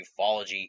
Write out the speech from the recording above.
ufology